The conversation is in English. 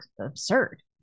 absurd